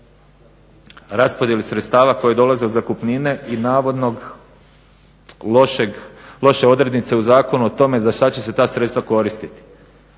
raspodjeli sredstava koja dolaze od zakupnine i navodno loše odrednice u zakonu o tome za šta će se ta sredstva koristiti.